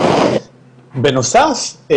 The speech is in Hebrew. בנוסף,